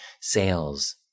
sales